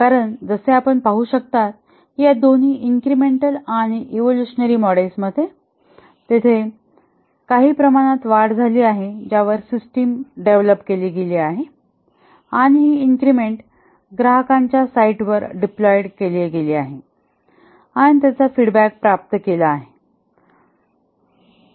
कारण जसे आपण पाहू शकता की या दोन्ही इन्क्रिमेंटल आणि इवोल्युशनरी मॉडेल्समध्ये तेथे काही प्रमाणात वाढ झाली आहे ज्यावर सिस्टिम डेव्हलप केली गेली आणि ही इन्क्रिमेंट ग्राहकांच्या साइटवर डिप्लॉईड केली आहे आणि त्याचा फीडबॅक प्राप्त केला आहे